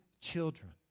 children